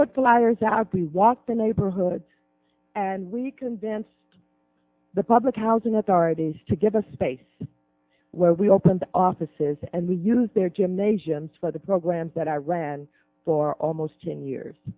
ladders out we walk the neighborhood and we convince the public housing authorities to give us space where we open the offices and we use their gymnasiums for the programs that are ran for almost ten years